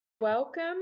Welcome